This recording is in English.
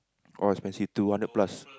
all expensive two hundred plus